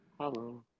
Hello